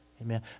Amen